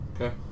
Okay